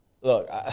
look